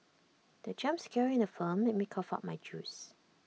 the jump scare in the film made me cough out my juice